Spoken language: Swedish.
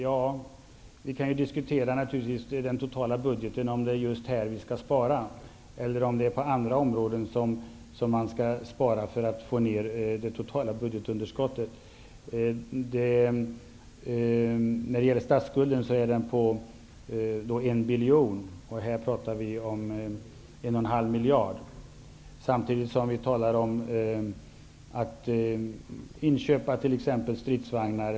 Man kan ju diskutera om det är just på det här området som man skall spara i den totala budgeten, eller om det är på andra områden som man skall spara för att få ned det totala budgetunderskottet. Statsskulden är på 1 biljon kronor, medan vi här talar om 1,5 miljard. Samtidigt talar vi om att inköpa exempelvis stridsvagnar.